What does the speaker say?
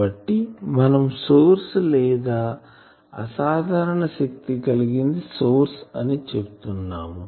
కాబట్టి మనం సోర్స్ లేదా అసాధారణ శక్తి కలిగింది సోర్స్ అని చెప్తున్నాం